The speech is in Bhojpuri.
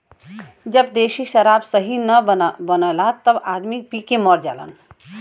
जब देशी शराब सही न बनला तब आदमी पी के मर जालन